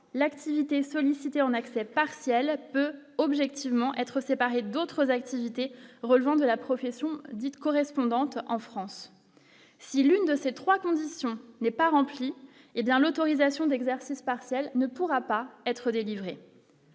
l'activité sollicité en accès partiel peut objectivement être séparé d'autres activités relevant de la profession dite correspondante en France si l'une de ces 3 conditions n'est pas remplie, hé bien l'autorisation d'exercice partiel ne pourra pas être délivrée.